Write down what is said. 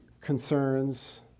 concerns